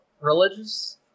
religious